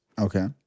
Okay